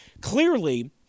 Clearly